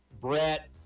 Brett